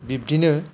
बिब्दिनो